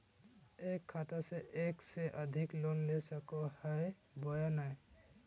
एक खाता से एक से अधिक लोन ले सको हियय बोया नय?